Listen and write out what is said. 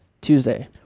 Tuesday